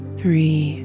three